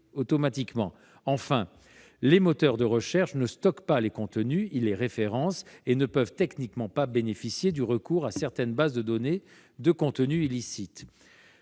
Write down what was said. automatiquement. Enfin, les moteurs de recherche ne stockent pas les contenus, ils les référencent. Ils ne peuvent pas bénéficier techniquement du recours à certaines bases de données de contenus illicites.